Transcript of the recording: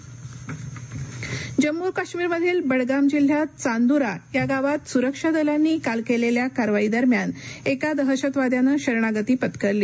जम्म दहशतवादी जम्मू काश्मीरमधील बडगाम जिल्हयात चांदुरा या गावात सुरक्षा दलांनी काल केलेल्या कारवाईदरम्यान एका दहशतवाद्याने शरणागती पत्करली